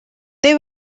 they